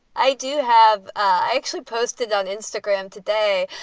i do have. i actually posted on instagram today.